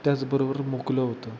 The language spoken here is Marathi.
त्याचबरोबर मोकळं होतं